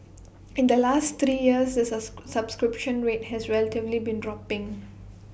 in the last three years the subscription rate has relatively been dropping